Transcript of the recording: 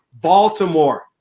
Baltimore